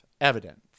evidence